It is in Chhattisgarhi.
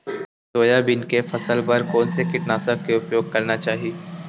सोयाबीन के फसल बर कोन से कीटनाशक के उपयोग करना चाहि?